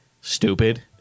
stupid